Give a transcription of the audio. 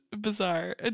bizarre